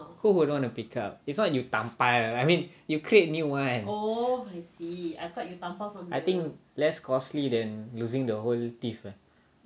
who would want to pick up it's not you tampal I mean you create new one I think less costly than losing the whole teeth ah